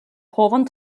povon